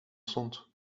stond